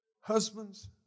Husbands